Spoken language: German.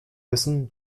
müssen